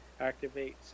activate